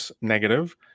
negative